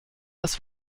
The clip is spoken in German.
das